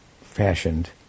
fashioned